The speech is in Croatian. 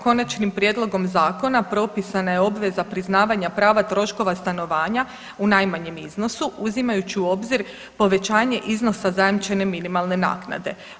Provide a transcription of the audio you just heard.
Konačnim prijedlogom zakona propisana je obveza priznavanja prava troškova stanovanja u najmanjem iznosu uzimajući u obzir povećanje iznosa zajamčene minimalne naknade.